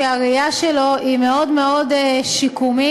שהראייה שלו היא מאוד מאוד שיקומית,